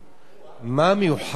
מה מיוחד ביין?